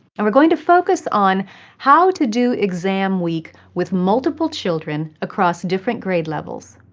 and we're going to focus on how to do exam week with multiple children across different grade levels.